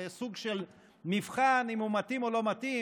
לסוג של מבחן אם הוא מתאים או לא מתאים.